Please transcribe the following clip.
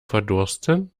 verdursten